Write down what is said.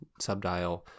subdial